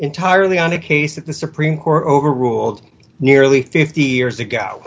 entirely on a case that the supreme court overruled nearly fifty years ago